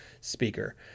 speaker